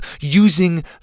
using